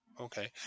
Okay